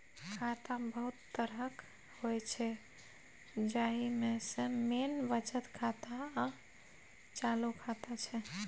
खाता बहुत तरहक होइ छै जाहि मे सँ मेन बचत खाता आ चालू खाता छै